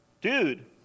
dude